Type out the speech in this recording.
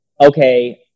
okay